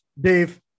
Dave –